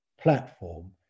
platform